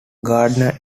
gardner